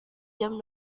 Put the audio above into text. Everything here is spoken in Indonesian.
jam